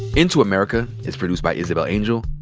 into america is produced by isabel angel,